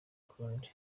ukundi